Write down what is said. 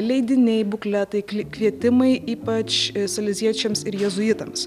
leidiniai bukletai kly kvietimai ypač saleziečiams ir jėzuitams